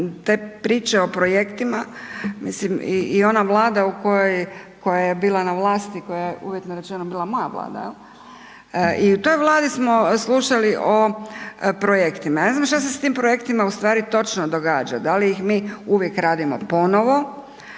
te priče o projektima, mislim i ona Vlada u kojoj, koja je bila na vlasti, koja je uvjetno rečeno bila moja Vlada, je li, i u toj Vladi smo slušali o projektima. Ja ne znam što se s tim projektima ustvari točno događa. Da li ih mi uvijek radimo ponovo